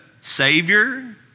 savior